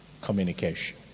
communication